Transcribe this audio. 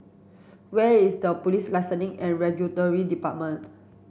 where is the Police Licensing and Regulatory Department